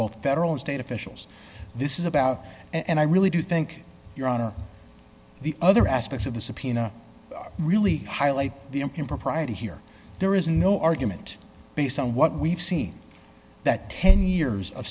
both federal and state officials this is about and i really do think your honor the other aspects of the subpoena really highlight the impropriety here there is no argument based on what we've seen that ten years of